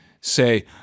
say